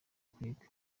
kwiga